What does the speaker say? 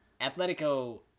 Atletico